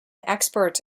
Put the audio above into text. expert